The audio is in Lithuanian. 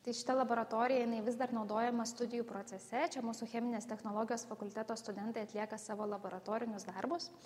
tai šita laboratorija jinai vis dar naudojama studijų procese čia mūsų cheminės technologijos fakulteto studentai atlieka savo laboratorinius darbus